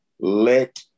Let